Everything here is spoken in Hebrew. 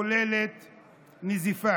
הכוללת נזיפה,